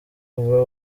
uba